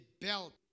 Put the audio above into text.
belt